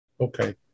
Okay